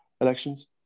elections